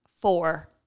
four